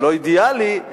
לא אידיאלי,